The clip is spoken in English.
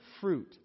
fruit